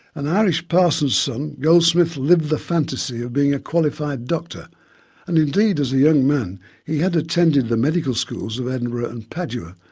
an irish parson's son, goldsmith lived the fantasy of being a qualified doctor and indeed as a young man he had attended the medical schools of edinburgh and padua,